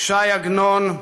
ש"י עגנון,